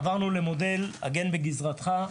עברנו למודל "הגן בגזרתך",